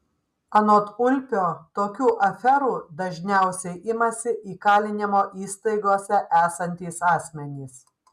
anot ulpio tokių aferų dažniausiai imasi įkalinimo įstaigose esantys asmenys